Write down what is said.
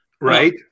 Right